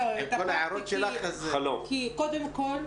קודם כל,